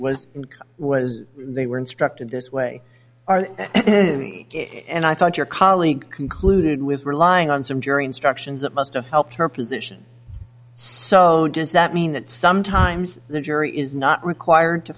was was they were instructed this way and i thought your colleague concluded with relying on some jury instructions that must help her position so does that mean that sometimes the jury is not required to